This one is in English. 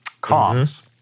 comms